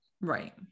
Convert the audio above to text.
Right